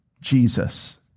Jesus